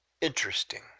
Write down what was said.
interesting